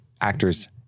actors